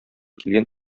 килгән